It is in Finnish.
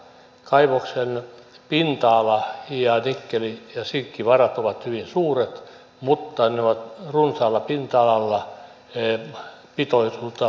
kaivoksen pinta ala ja nikkeli ja sinkkivarat ovat hyvin suuret mutta ne ovat runsaalla pinta alalla pitoisuudeltaan matalia